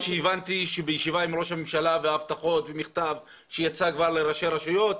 הבנתי שבישיבה עם ראש הממשלה והבטחות ומכתב שיצא כבר לראשי הרשויות,